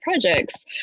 projects